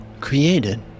created